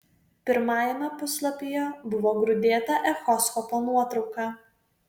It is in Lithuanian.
pirmajame puslapyje buvo grūdėta echoskopo nuotrauka